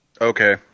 Okay